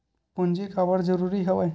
पूंजी काबर जरूरी हवय?